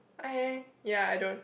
I ya I don't